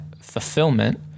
fulfillment